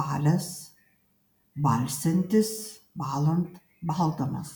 balęs balsiantis bąlant baldamas